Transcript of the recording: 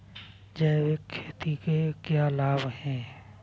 जैविक खेती के क्या लाभ हैं?